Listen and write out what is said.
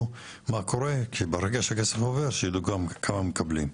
מה קורה כי ברגע שהכסף עובר שיידעו גם כמה מקבלים.